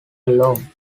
alone